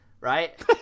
Right